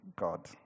God